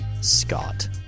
Scott